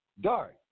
dark